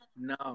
No